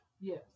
Yes